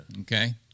Okay